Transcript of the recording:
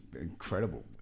incredible